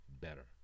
better